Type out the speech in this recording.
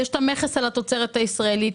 יש את המכס על התוצרת הישראלית,